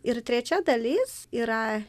ir trečia dalis yra